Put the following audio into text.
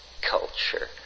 culture